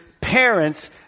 parents